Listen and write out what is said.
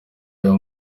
uyu